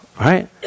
right